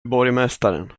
borgmästaren